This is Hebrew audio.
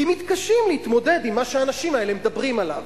כי מתקשים להתמודד עם מה שהאנשים האלה מדברים עליו.